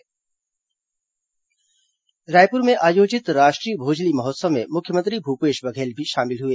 भोजली महोत्सव रायपुर में आयोजित राष्ट्रीय भोजली महोत्सव में मुख्यमंत्री भूपेश बघेल भी शामिल हुए